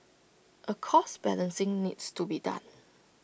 A cost balancing needs to be done